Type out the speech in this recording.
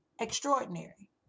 extraordinary